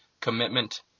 commitment